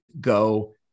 go